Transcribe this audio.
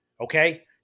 okay